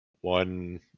one